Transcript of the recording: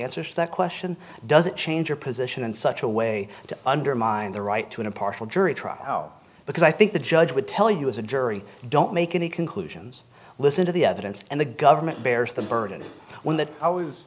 answers that question doesn't change your position in such a way to undermine the right to an impartial jury trial oh because i think the judge would tell you as a jury don't make any conclusions listen to the evidence and the government bears the burden when